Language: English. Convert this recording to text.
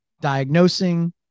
diagnosing